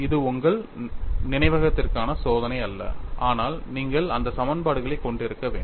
இது உங்கள் நினைவகத்திற்கான சோதனை அல்ல ஆனால் நீங்கள் அந்த சமன்பாடுகளை கொண்டிருக்க வேண்டும்